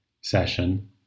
session